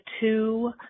two